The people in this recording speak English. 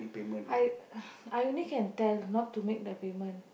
I I only can tell not to make the payment